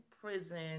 prison